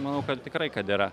manau kad tikrai kad yra